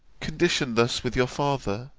condition thus with your father.